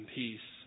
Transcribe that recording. peace